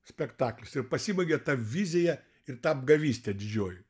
spektaklis ir pasibaigė ta vizija ir ta apgavystė didžioji